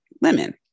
lemon